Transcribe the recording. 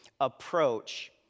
approach